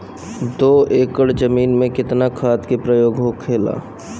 दो एकड़ जमीन में कितना खाद के प्रयोग होखेला?